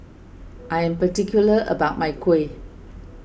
I am particular about my Kuih